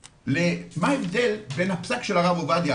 מה ההבדל בין הפסק של הרב עובדיה,